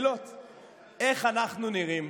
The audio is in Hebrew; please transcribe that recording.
איך אנחנו נראים?